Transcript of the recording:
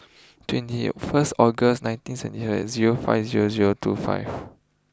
twenty first August nineteen zero five zero zero two five